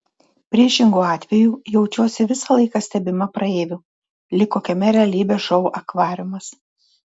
priešingu atveju jaučiuosi visą laiką stebima praeivių lyg kokiame realybės šou akvariumas